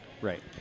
Right